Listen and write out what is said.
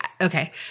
okay